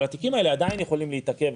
אבל התיקים האלה עדיין יכולים להתעכב.